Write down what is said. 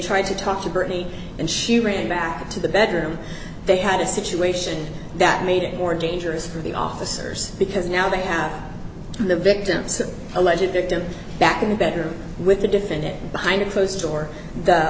tried to talk to britney and she ran back into the bedroom they had a situation that made it more dangerous for the officers because now they have the victims a legit dictum back in the bedroom with the defendant behind a closed door the